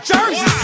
Jersey